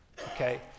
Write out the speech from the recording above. Okay